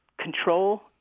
control